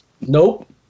Nope